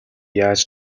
яаж